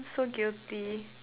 so guilty